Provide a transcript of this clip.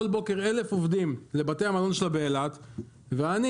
בוקר 1,000 עובדים לבתי המלון שלה באילת ואני,